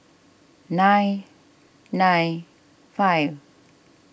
nine nine five